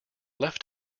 left